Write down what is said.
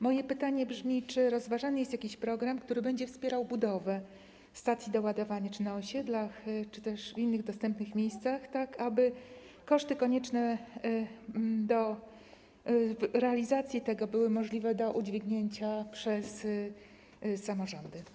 Moje pytanie brzmi: Czy rozważany jest jakiś program, który będzie wspierał budowę stacji doładowań czy na osiedlach, czy też w innych dostępnych miejscach, tak aby koszty konieczne do realizacji tego były możliwe do udźwignięcia przez samorządy?